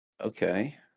Okay